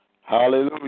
Hallelujah